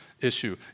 issue